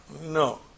No